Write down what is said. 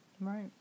Right